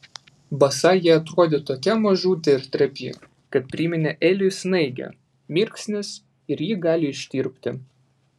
basa ji atrodė tokia mažutė ir trapi kad priminė eliui snaigę mirksnis ir ji gali ištirpti